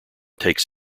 takes